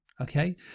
okay